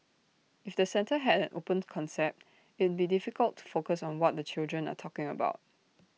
if the centre had an open concept it'd be difficult to focus on what the children are talking about